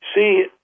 See